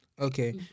Okay